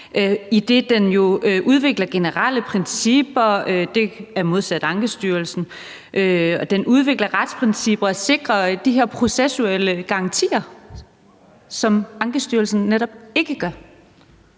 Ankestyrelsen udvikler generelle principper, udvikler retsprincipper og sikrer de her processuelle garantier, hvad Ankestyrelsen netop ikke gør?